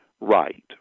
right